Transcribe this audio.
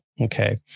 Okay